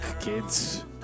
kids